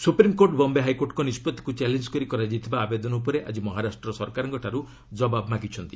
supreme court Bombay ହାଇକୋର୍ଟଙ୍କ ନିଷ୍ପଭିକୁ challenge କରି କରାଯାଇଥିବା ଆବେଦନ ଉପରେ ଆକି ମହାରାଷ୍ଟ୍ର ସରକାରଙ୍କଠାରୁ ଜବାବ୍ ମାଗିଛନ୍ତି